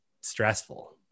stressful